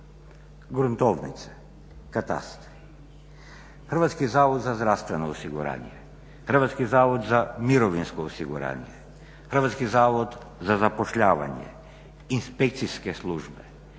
gruntovnice, katastri. Hrvatski zavod za zdravstveno osiguranje, Hrvatski zavod za mirovinsko osiguranje, Hrvatski zavod za zapošljavanje, inspekcijske službe,